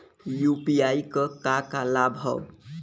UPI क का का लाभ हव?